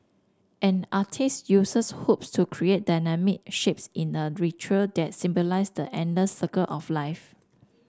an artiste uses hoops to create dynamic shapes in a ritual that symbolise the endless circle of life